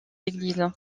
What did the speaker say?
église